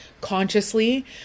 consciously